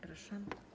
Proszę.